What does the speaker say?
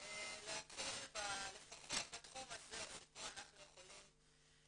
להקל לפחות בתחום הזה שבו אנחנו יכולים